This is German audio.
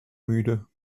müde